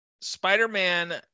Spider-Man